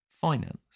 finance